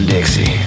Dixie